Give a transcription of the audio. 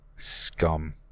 Scum